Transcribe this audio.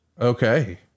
Okay